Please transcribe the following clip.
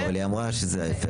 לא, אבל היא אמרה שזה ההיפך.